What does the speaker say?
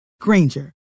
Granger